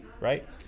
right